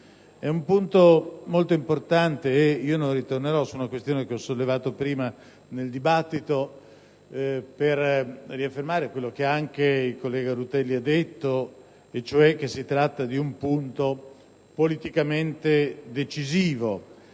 È un punto molto importante (non tornerò su una questione che ho sollevato in precedenza nel dibattito) per riaffermare quello che anche il collega Rutelli ha sottolineato, cioè che si tratta di un aspetto politicamente decisivo